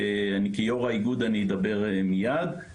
כיו"ר האיגוד אני אדבר מיד,